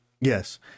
Yes